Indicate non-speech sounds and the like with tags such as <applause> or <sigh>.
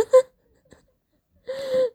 <laughs>